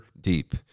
deep